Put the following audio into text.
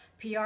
PR